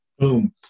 Boom